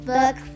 Book